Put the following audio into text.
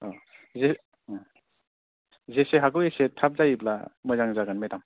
जे जेसे हागौ एसे थाब जायोब्ला मोजां जागोन मेदाम